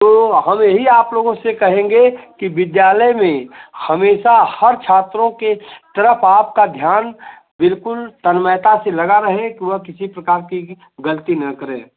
तो हम यही आप लोगों से कहेंगे कि विद्यालय में हमेशा हर छात्रों के तरफ आपका ध्यान बिल्कुल तन्मयता से लगा रहे कि वह किसी प्रकार की गलती न करें